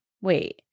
wait